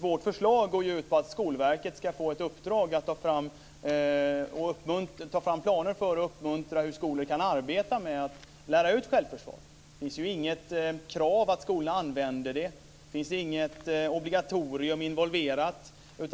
Vårt förslag går ju ut på att Skolverket ska få i uppdrag att ta fram planer för och uppmuntra skolor att arbeta med att lära ut självförsvar. Det finns inget krav på att skolorna använder det. Det finns inget obligatorium involverat.